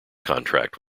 contract